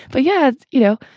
but yet, you know,